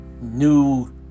new